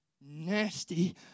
nasty